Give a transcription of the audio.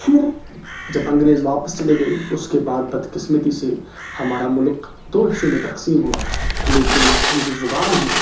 پھر جب انگریز واپس چلے گیے اس کے بعد بد قسمتی سے ہمارا ملک دو حصوں میں تقسیم ہوا لیکن یہ جو زبان ہے